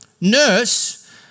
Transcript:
nurse